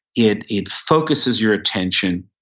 it it focuses your attention.